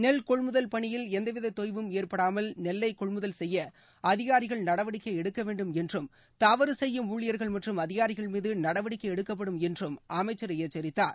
நெல் கொள்முதல் பணியில் எந்தவித தொய்வும் ஏற்படாமல் நெல்லை கொள்முதல் செய்ய அதிகாரிகள் நடவடிக்கை எடுக்க வேண்டும் என்றும் தவறும் செய்யும் ஊழிபர்கள் மற்றும் அதிகாரிகள் மீது நடவடிக்கை எடுக்கப்படும் என்றும் அமைச்சர் எச்சரித்தார்